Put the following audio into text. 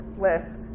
list